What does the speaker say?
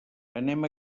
anem